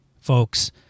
folks